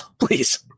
Please